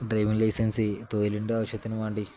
driving ലൈസൻസ്സി തൊഴിലിൻ്റെ ആവശ്യത്തിന് വേണ്ടി